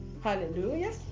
hallelujah